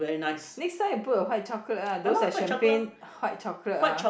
next time you put a white chocolate lah those like champagne white chocolate ah